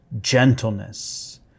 gentleness